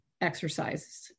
exercises